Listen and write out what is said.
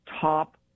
top